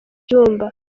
cyumba